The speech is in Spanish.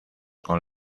con